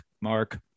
Mark